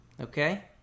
Okay